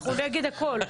אנחנו נגד הכול.